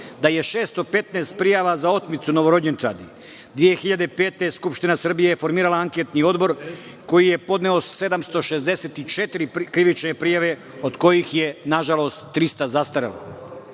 da je 615 prijava za otmicu novorođenčadi. Godine 2005. je Skupština Srbije formirala Anketni odbor koji je podneo 764 krivične prijave od kojih je nažalost 300 zastarelo.